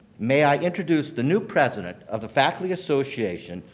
may i introduce the new president of the faculty association,